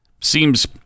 seems